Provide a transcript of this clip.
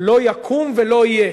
לא יקום ולא יהיה